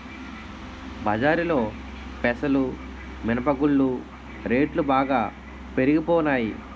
బజారులో పెసలు మినప గుళ్ళు రేట్లు బాగా పెరిగిపోనాయి